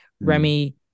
Remy